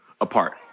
apart